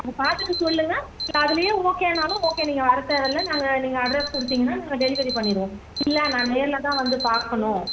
அதை பார்த்துட்டு சொல்லுங்கள் அதுலையே ஓகேனாலும் ஓகே நீங்கள் வரத் தேவையில்ல நாங்கள் நீங்கள் அட்ரெஸ் கொடுத்தீங்கன்னா நாங்கள் டெலிவரி பண்ணிவிடுவோம் இல்லை நான் நேரில் தான் வந்து பார்க்கணும்